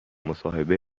مصاحبه